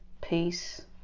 peace